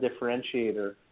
differentiator